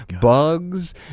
bugs